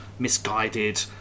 misguided